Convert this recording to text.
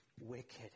wicked